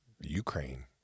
ukraine